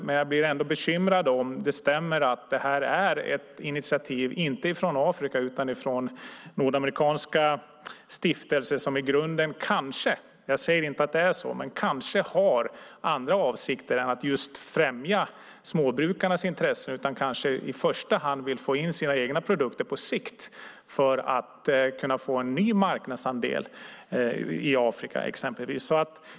Men jag blir ändå bekymrad om det stämmer att det är ett initiativ inte från Afrika utan från nordamerikanska stiftelser som i grunden kanske - jag säger inte att det är så - har andra avsikter än just främja småbrukarnas intressen. De kanske i första hand vill få in sina egna produkter på sikt för att kunna få en ny marknadsandel i exempelvis Afrika.